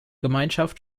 gemeinschaft